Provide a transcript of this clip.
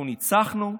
אנחנו ניצחנו,